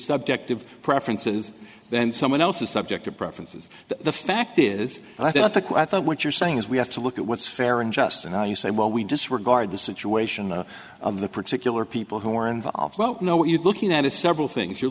subjective preferences then someone else is subject to preferences the fact is i think what you're saying is we have to look at what's fair and just and how you say well we disregard the situation of the particular people who are involved well you know what you're looking at is several things you're